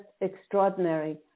extraordinary